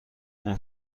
اون